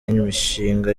imishinga